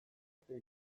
arte